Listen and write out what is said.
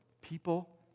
people